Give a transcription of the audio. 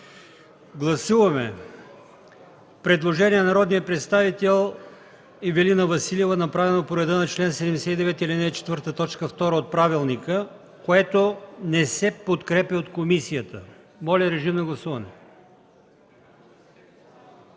Гласуваме предложението на народния представител Ивелина Василева, направено по реда на чл. 79, ал. 4, т. 2 от правилника, което не се подкрепя от комисията. Моля, гласувайте.